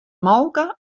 molke